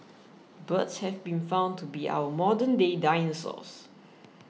birds have been found to be our modernday dinosaurs